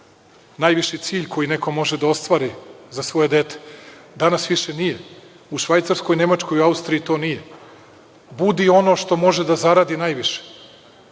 najviši cilj koji neko može da ostvari za svoje dete. Danas više nije. U Švajcarskoj, Nemačkoj i Austriji to nije, budi ono što može da zaradi najviše,